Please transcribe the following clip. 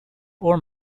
ore